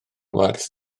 werth